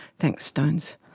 thanks stones,